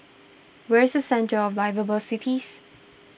where is Centre of Liveable Cities